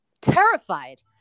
terrified